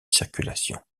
circulation